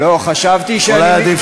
לא, חשבתי שאני, אולי עדיף